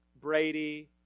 Brady